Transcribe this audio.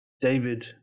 David